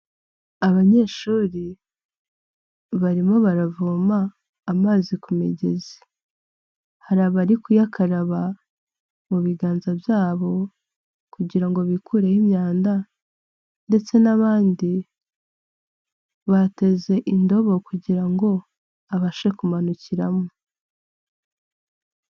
Abanyeshuri barimo baravoma amazi ku migezi hari abari kuyakaraba mu biganza byabo kugira ngo bikureho imyanda ndetse n'abandi bateze indobo kugira ngo abashe kumanukiramo.